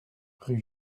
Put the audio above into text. rue